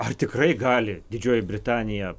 ar tikrai gali didžioji britanija